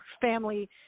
family